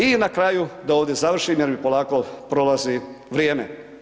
I na kraju da ovdje završim jer mi polako prolazi vrijeme.